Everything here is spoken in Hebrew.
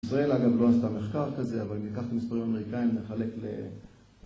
ישראל אגב לא עשתה מחקר כזה, אבל ניקח מספרים אמריקאים ונחלק להם